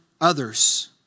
others